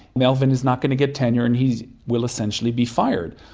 melvin is not going to get tenure and he will essentially be fired.